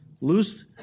loose